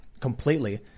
completely